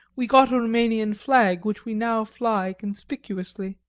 we got a roumanian flag which we now fly conspicuously.